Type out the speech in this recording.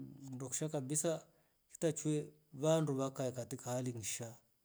Ndo kishaa kabisa hitakie wandu wakae katika hali shaa heee.